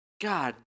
God